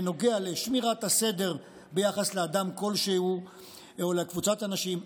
בנוגע לשמירת הסדר ביחס לאדם כלשהו או לקבוצות אנשים,